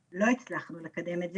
לא הצלחנו לקדם את זה.